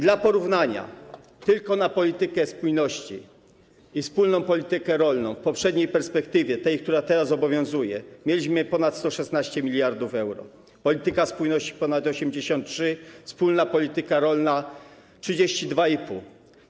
Dla porównania, tylko na politykę spójności i wspólną politykę rolną w poprzedniej perspektywie, tej, która teraz obowiązuje, mieliśmy ponad 116 mld euro, polityka spójności - ponad 83, wspólna polityka rolna - 32,5.